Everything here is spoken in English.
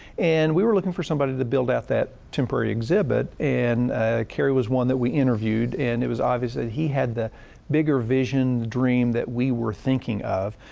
and we were looking for somebody to build out that temporary exhibit. and cary was one that we interviewed. and it was obvious that he had the bigger vision, dream that we were thinking of.